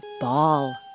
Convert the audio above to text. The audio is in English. ball